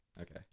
Okay